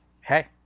hey